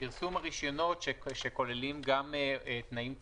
--- פרסום הרישיונות כולל תנאים צרכניים,